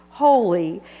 holy